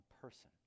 person